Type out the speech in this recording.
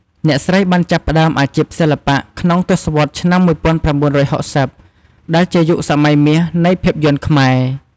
អ្នកស្រីបានចាប់ផ្ដើមអាជីពសិល្បៈក្នុងទសវត្សរ៍ឆ្នាំ ១៩៦០ ដែលជាយុគសម័យមាសនៃភាពយន្តខ្មែរ។